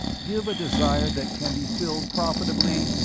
give a desire that can be filled profitably,